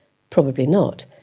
probably not.